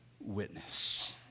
witness